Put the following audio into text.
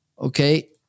Okay